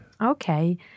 Okay